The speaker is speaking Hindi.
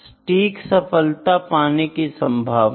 सटीक k सफलता पाने की संभावना